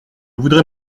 voudrais